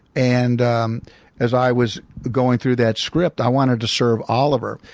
and um as i was going through that script, i wanted to serve oliver.